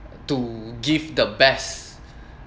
to give the best